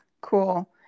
cool